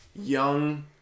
young